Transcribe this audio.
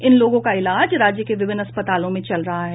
इन लोगों का इलाज राज्य के विभिन्न अस्पतालों में चल रहा है